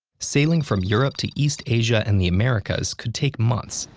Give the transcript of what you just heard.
sailing from europe to east asia and the americas could take months,